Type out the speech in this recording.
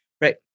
Right